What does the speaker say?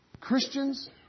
Christians